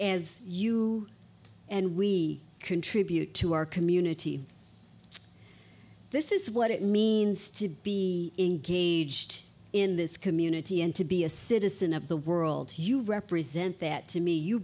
as you and we contribute to our community this is what it means to be engaged in this community and to be a citizen of the world you represent that to me you